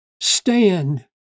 stand